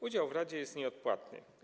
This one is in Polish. Udział w radzie jest nieodpłatny.